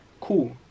Cool